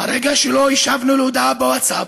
הרגע שלא השבנו להודעה בווטסאפ,